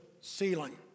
ceiling